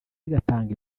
agatanga